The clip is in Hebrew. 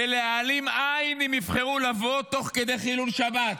ולהעלים עין אם יבחרו לבוא תוך כדי חילול שבת.